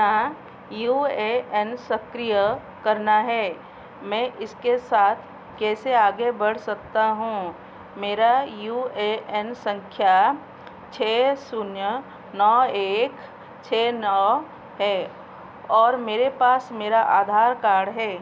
you A N सक्रिय करना है मैं इसके साथ कैसे आगे बढ़ सकता हूँ मेरा यू ए एन संख्या छः शून्य नौ एक छः नौ है और मेरे पास मेरा आधार कार्ड है